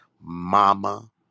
Mama